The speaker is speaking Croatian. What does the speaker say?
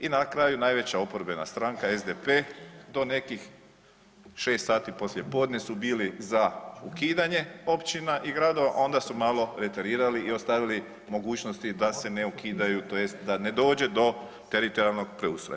I na kraju, najveća oporbena stranka SDP do nekih 6 poslijepodne su bili za ukidanje općina i gradova, a onda su malo reterirali i ostavili mogućnosti da se ne ukidaju, tj. da ne dođe do teritorijalnoj preustroja.